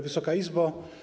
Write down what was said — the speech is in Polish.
Wysoka Izbo!